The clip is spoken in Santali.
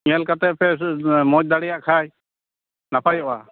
ᱧᱮᱞ ᱠᱟᱛᱮ ᱯᱮ ᱢᱚᱡᱽ ᱫᱟᱲᱮᱭᱟᱜ ᱠᱷᱟᱡ ᱱᱟᱯᱟᱭᱚᱜᱼᱟ